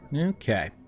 Okay